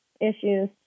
issues